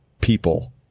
people